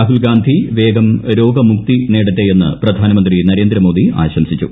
രാഹുൽഗാന്ധി വേഗം രോഗമുക്തി നേടട്ടെയെന്ന് പ്രധാനമന്ത്രി നരേന്ദ്രമോദി ആശംസിച്ചു